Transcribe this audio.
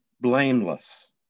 blameless